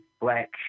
black